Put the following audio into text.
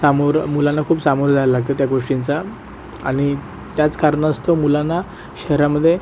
सामोरं मुलांना खूप सामोरं जायल लागतं त्या गोष्टींच्या आणि त्याच कारणास्तव मुलांना शहरामध्ये